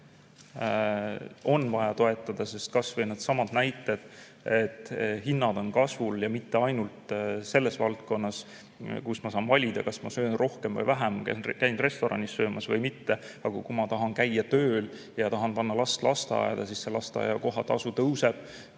On vaja toetada, sest kas või needsamad näited, et hinnad on kasvul ja mitte ainult selles valdkonnas, kus ma saan valida, kas ma söön rohkem või vähem, kas ma käin restoranis söömas või mitte. Aga kui ma tahan käia tööl ja tahan panna last lasteaeda, siis see lasteaia kohatasu tõuseb,